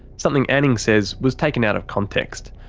something anning says was taken out of context.